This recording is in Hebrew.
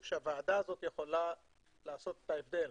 שהוועדה הזאת יכולה לעשות את ההבדל,